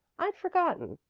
i'd forgotten.